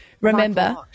remember